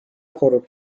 غروب